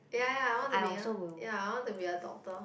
ya ya I want to be a ya I want to be a doctor